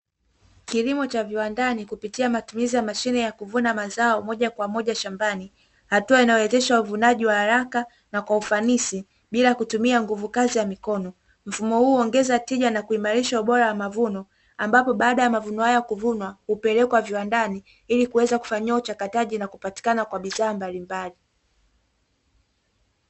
Kilimo cha viwandani kupitia matumizi ya mashine ya kuvuna mazao moja kwa moja shambani, hatua inayowezesha uvunaji wa haraka na kwa ufanisi bila kutumia nguvukazi ya mikono. Mfumo huu huongeza tija na kuimarisha ubora wa mavuno, ambapo baada ya mavuno haya kuvunwa hupelekwa viwandani ili kuweza kufanyiwa uchakataji na kupatikana kwa bidhaa mbalimbali.